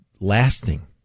lasting